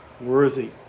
worthy